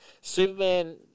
Superman